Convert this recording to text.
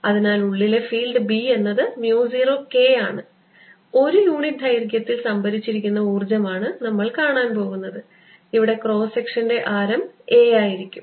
അതിനാൽ ഉള്ളിലെ field B എന്നത് mu 0 K ആണ് ഒരു യൂണിറ്റ് ദൈർഘ്യത്തിൽ സംഭരിച്ചിരിക്കുന്ന ഊർജ്ജം ആണ് നമ്മൾ കാണാൻ പോകുന്നത് ഇവിടെ ക്രോസ് സെക്ഷൻറെ ആരം a ആയിരിക്കും